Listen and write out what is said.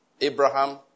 Abraham